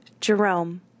Jerome